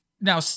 Now